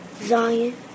Zion